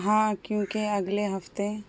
ہاں کیوںکہ اگلے ہفتے